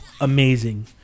amazing